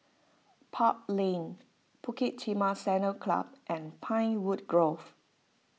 Park Lane Bukit Timah Saddle Club and Pinewood Grove